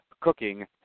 cooking